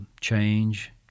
change